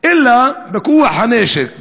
ובכוח הנשק,